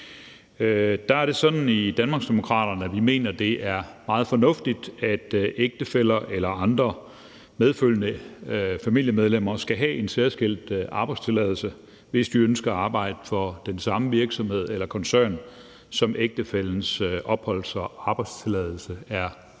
Der er det sådan i Danmarksdemokraterne, at vi mener, at det er meget fornuftigt, at ægtefæller eller andre medfølgende familiemedlemmer skal have en særskilt arbejdstilladelse, hvis de ønsker at arbejde for den samme virksomhed eller koncern, som ægtefællens opholds- og arbejdstilladelse er